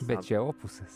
bet čia opusas